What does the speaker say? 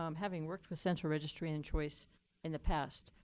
um having worked with central registry and choice in the past,